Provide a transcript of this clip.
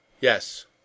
Yes